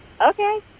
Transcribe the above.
Okay